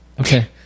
Okay